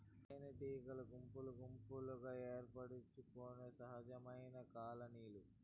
తేనెటీగలు గుంపులు గుంపులుగా ఏర్పరచుకొనే సహజమైన కాలనీలు